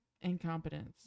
incompetence